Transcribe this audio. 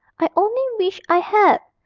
i only wish i had.